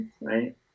right